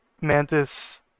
Mantis